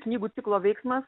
knygų ciklo veiksmas